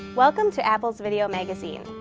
welcome to apples video magazine.